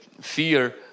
fear